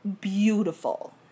beautiful